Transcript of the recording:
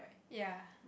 ya